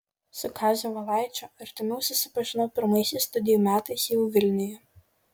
su kaziu valaičiu artimiau susipažinau pirmaisiais studijų metais jau vilniuje